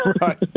right